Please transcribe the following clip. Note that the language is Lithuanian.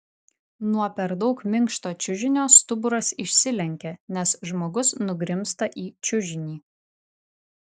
nuo per daug minkšto čiužinio stuburas išsilenkia nes žmogus nugrimzta į čiužinį